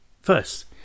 first